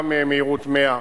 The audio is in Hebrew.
גם מהירות 100,